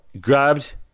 grabbed